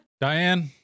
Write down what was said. Diane